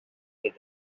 with